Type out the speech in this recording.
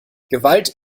gewalt